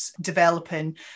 developing